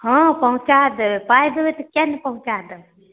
हँ पहुँचा देब पाइ देबै तऽ किआ नहि पहुँचा देब